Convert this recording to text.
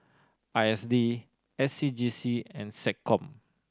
I S D S C G C and SecCom